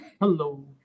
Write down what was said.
hello